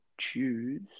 choose